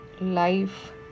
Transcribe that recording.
life